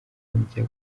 njya